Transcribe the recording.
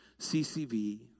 CCV